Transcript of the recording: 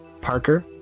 Parker